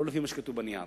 לא לפי מה שכתוב בנייר,